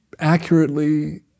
accurately